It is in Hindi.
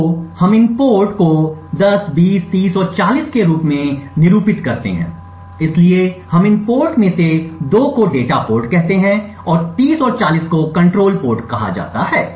तो हम इन पोर्ट को 10 20 30 और 40 के रूप में निरूपित करते हैं इसलिए हम इन पोर्ट में से 2 को डेटा पोर्ट कहते हैं और 30 और 40 को नियंत्रण पोर्ट कहा जाता है